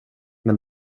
men